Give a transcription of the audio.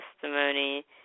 testimony